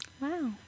Wow